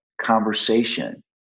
conversation